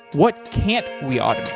what can't we automate?